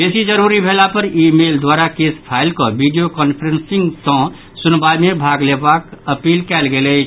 बेसी जरूरी भेला पर ई मेल द्वारा केस फाईल कऽ वीडियो कांफ्रेंसिंगक सॅ सुनवाई मे भाग लेबाक अपील कयल गेल अछि